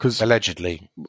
Allegedly